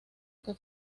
que